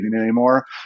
anymore